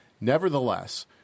Nevertheless